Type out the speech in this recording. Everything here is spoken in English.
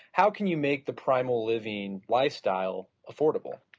how can you make the primal living lifestyle affordable?